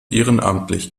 ehrenamtlich